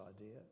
idea